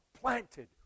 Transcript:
planted